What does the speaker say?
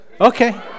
Okay